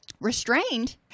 restrained